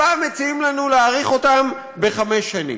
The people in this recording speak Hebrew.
הפעם מציעים לנו להאריך אותן בחמש שנים.